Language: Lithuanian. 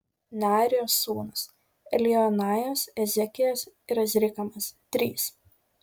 nearijos sūnūs eljoenajas ezekijas ir azrikamas trys